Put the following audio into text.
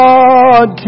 God